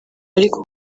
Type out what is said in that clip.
ariko